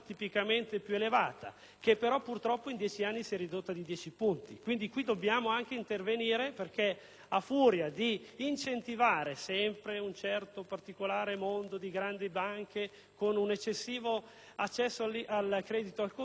che però, purtroppo in dieci anni si è ridotta di dieci punti. Quindi, qui dobbiamo intervenire, perché a furia di incentivare sempre un certo particolare mondo di grandi banche con un eccessivo accesso al credito al consumo, abbiamo